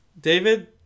David